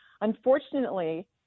unfortunately